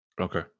Okay